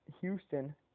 Houston